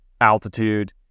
altitude